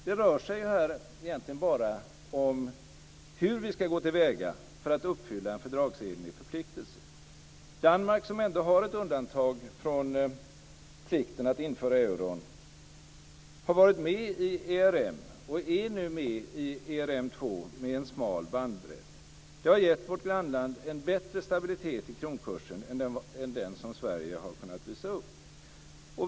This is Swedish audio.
Det rör sig här bara om hur vi ska gå till väga för att uppfylla en fördragsenlig förpliktelse. Danmark som har ett undantag från plikten att införa euron har varit med i ERM och är nu med i ERM2 med en smal bandbredd. Det har gett vårt grannland en bättre stabilitet i kronkursen än den som Sverige har kunnat visa upp.